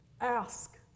Ask